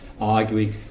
arguing